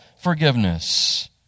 forgiveness